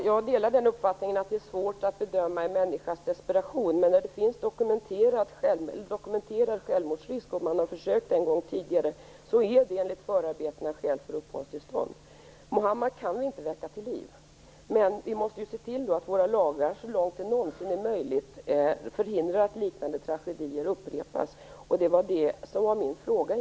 Fru talman! Jag delar uppfattningen att det är svårt att bedöma en människas desperation. Men när det finns dokumenterad självmordsrisk och man har försökt en gång tidigare är det enligt förarbetena skäl för uppehållstillstånd. Mohammed kan vi inte väcka till liv, men vi måste se till att våra lagar så långt det någonsin är möjligt förhindrar att liknande tragedier upprepas. Det var det som egentligen var min fråga.